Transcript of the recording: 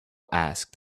asked